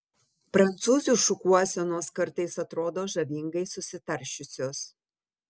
prancūzių šukuosenos kartais atrodo žavingai susitaršiusios